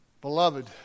Beloved